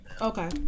Okay